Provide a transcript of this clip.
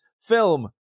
film